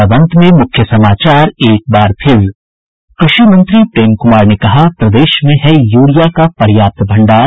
और अब अंत में मुख्य समाचार कृषि मंत्री प्रेम कुमार ने कहा प्रदेश में है यूरिया का पर्याप्त भंडार